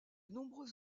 nombreux